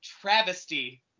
travesty